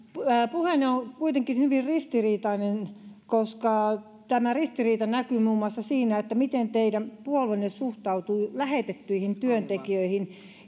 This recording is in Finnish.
puheenne on kuitenkin hyvin ristiriitainen ja tämä ristiriita näkyy muun muassa siinä miten teidän puolueenne suhtautuu lähetettyihin työntekijöihin